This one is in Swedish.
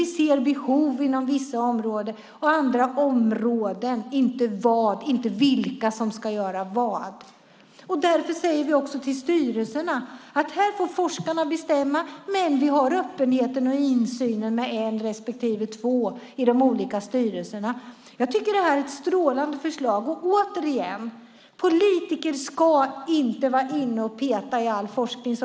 Vi ser till behoven inom vissa områden, inte till vilka som ska göra vad. Därför säger vi till styrelserna: Här får forskarna bestämma. Men vi har öppenhet och även insyn med en respektive två personer i de olika styrelserna. Jag tycker att förslaget här är strålande. Återigen: Politiker ska inte vara inne och peta i all forskning.